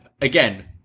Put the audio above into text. Again